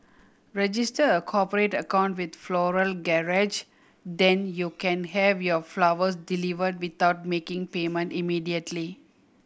register a cooperate account with Floral Garage then you can have your flowers deliver without making payment immediately